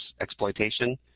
exploitation